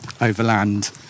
overland